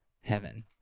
heaven